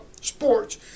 sports